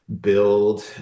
build